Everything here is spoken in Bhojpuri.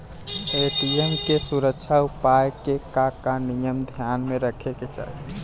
ए.टी.एम के सुरक्षा उपाय के का का नियम ध्यान में रखे के चाहीं?